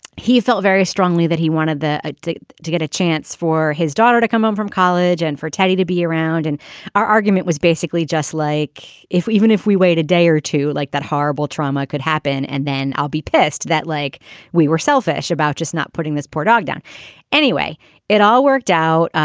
he felt very strongly that he wanted ah to to get a chance for his daughter to come home from college and for teddy to be around and our argument was basically just like if we even if we wait a day or two like that horrible trauma could happen and then i'll be pissed that like we were selfish about just not putting this poor dog down anyway it all worked out.